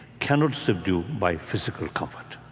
cannot subdue by physical comfort.